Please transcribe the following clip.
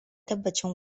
tabbacin